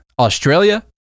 Australia